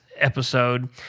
episode